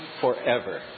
forever